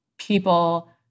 people